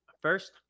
First